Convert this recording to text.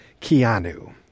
Keanu